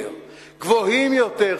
גבוהים יותר,